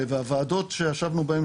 והוועדות שישבנו בהם שעות על גבי שעות.